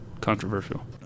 controversial